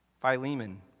Philemon